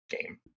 game